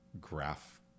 graph